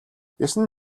гэсэн